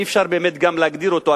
אי-אפשר באמת להגדיר אותו.